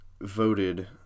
voted